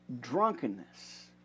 drunkenness